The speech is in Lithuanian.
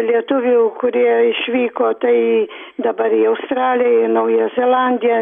lietuvių kurie išvyko tai dabar į australiją į naująją zelandiją